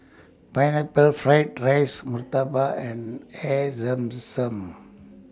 Pineapple Fried Rice Murtabak and Air Zam Zam